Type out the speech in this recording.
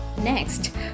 Next